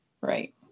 Right